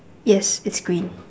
yes it's green